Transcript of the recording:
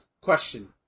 Question